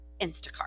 Instacart